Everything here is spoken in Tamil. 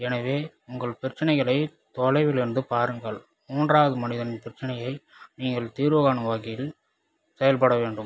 எனவே உங்கள் பிரச்சினைகளை தொலைவில் இருந்து பாருங்கள் மூன்றாவது மனிதன் பிரச்சினையை நீங்கள் தீர்வு காணும் வகையில் செயல்பட வேண்டும்